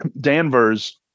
Danvers